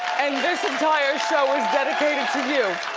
and this entire show is dedicated to you.